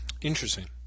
interesting